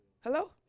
Hello